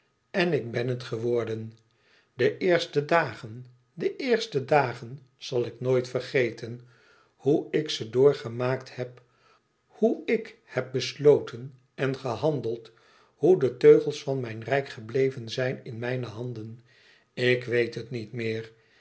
en ik ben het geworden de eerste dagen de eerste dagen zal ik nooit vergeten he ik ze doorgemaakt heb he ik heb besloten en gehandeld hoe de teugels van mijn rijk gebleven zijn in mijne handen ik weet het niet meer